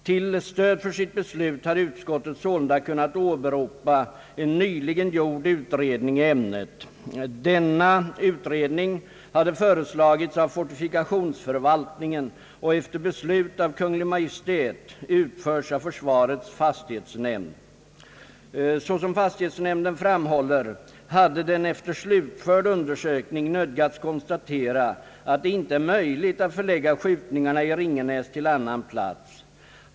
Till stöd för sitt beslut har utskottet sålunda kunnat åberopa en nyligen gjord utredning i ämnet. Denna utredning hade föreslagits av fortifikationsförvaltningen och efter beslut av Kungl. Maj:t utförts av försvarets fastighetsnämnd. Såsom fastighetsnämnden framhåller hade den efter slutförd undersökning nödgats konstatera, att det icke är möjligt att förlägga skjutövningarna i Ringenäs till annan plats.